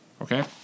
Okay